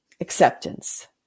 acceptance